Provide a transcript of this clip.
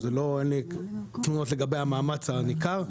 אין לי תלונות לגבי המאמץ הניכר,